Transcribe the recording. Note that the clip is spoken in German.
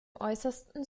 äußersten